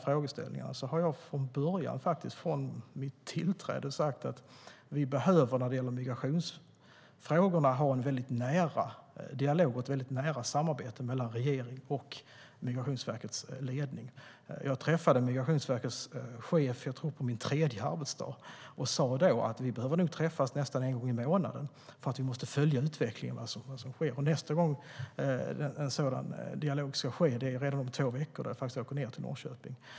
Från början, från mitt tillträde, har jag sagt att vi behöver ha en nära dialog och ett nära samarbete mellan regeringen och Migrationsverkets ledning när det gäller migrationsfrågorna. Jag träffade Migrationsverkets chef på min, tror jag, tredje arbetsdag och sa att vi nog behöver träffas en gång i månaden för att följa utvecklingen. Nästa gång är om två veckor, då jag åker ned till Norrköping.